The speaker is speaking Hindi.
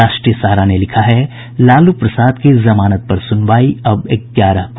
राष्ट्रीय सहारा ने लिखा है लालू प्रसाद की जमानत पर सुनवाई अब ग्यारह को